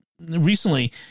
recently